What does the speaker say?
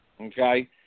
okay